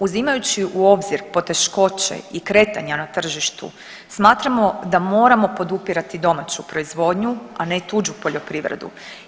Uzimajući u obzir poteškoće i kretanja na tržištu smatramo da moramo podupirati domaću proizvodnju, a ne tuđu poljoprivredu.